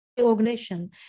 organization